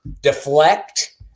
deflect